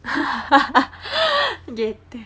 okay